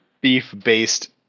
beef-based